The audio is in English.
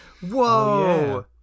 Whoa